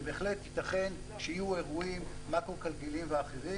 ובהחלט יתכן שיהיו אירועים מקרו כלכליים ואחרים